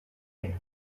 end